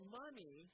money